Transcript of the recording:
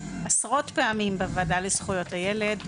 עשרות פעמים בוועדה לזכויות הילד,